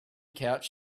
couch